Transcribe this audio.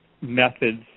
methods